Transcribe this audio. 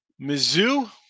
Mizzou